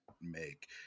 Make